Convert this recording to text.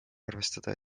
arvestada